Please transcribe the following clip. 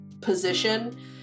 position